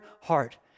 heart